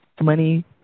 Money